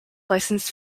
licensed